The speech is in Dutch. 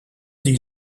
die